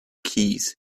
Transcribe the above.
keys